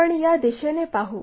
आपण या दिशेने पाहू